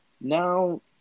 Now